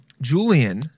Julian